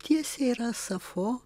tiesiai yra safo